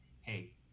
Hey